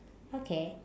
okay